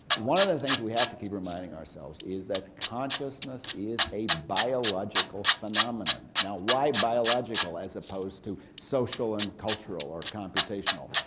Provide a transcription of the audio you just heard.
one of the things we have to keep reminding ourselves is that consciousness is a biological phenomenon. now why biological as opposed to social and cultural, or computational?